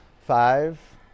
Five